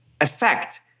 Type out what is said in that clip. effect